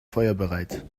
feuerbereit